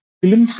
film